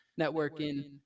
networking